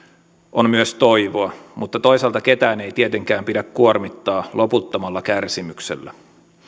on myös toivoa mutta toisaalta ketään ei tietenkään pidä kuormittaa loputtomalla kärsimyksellä